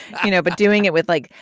you know but doing it with like,